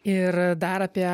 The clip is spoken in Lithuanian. ir dar apie